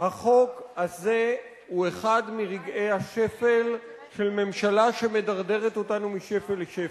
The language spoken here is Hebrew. החוק הזה הוא אחד מרגעי השפל של ממשלה שמדרדרת אותנו משפל לשפל.